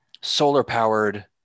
solar-powered